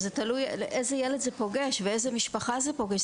וזה תלוי איזה ילד זה פוגש ואיזו משפחה זה פוגש.